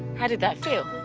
how did that feel?